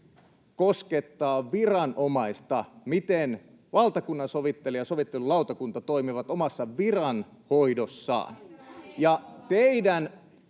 koskettaa viranomaista, sitä, miten valtakunnansovittelija ja sovittelulautakunta toimivat omassa viranhoidossaan.